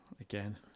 Again